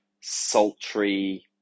sultry